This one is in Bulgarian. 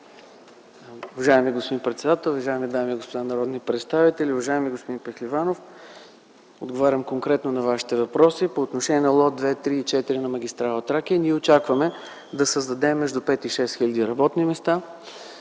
Уважаеми господин председател, уважаеми дами и господа народни представители! Уважаеми господин Пехливанов, отговарям конкретно на Вашите въпроси. По отношение на лот 2, 3 и 4 на магистрала „Тракия” ние очакваме да създадем между 5 и 6 хил. работни места.